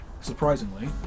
Surprisingly